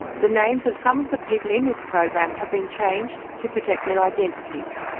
the names of some of the people in this program have been changed to protect their identities.